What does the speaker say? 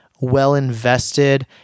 well-invested